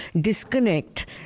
disconnect